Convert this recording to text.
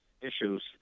issues